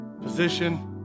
position